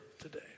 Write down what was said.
today